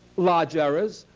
large errors,